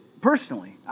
personally